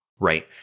Right